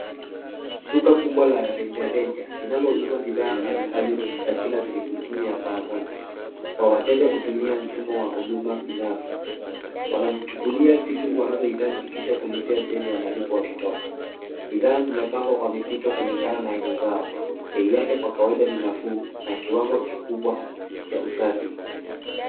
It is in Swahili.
Duka kubwa la rejareja linalouza bidhaa mbalimbali za kila siku chini ya paa moja kwa wateja kutumia mfumo wa huduma binafsi. Wanajichukulia vitu wanazohitaji kisha kulipia sehemu ya malipo wanapotoka. Bidhaa zimepangwa kwa vitita kulingana na aina zao. Bei yake kwa kawaida ni nafuu na kiwango kikubwa cha usafi.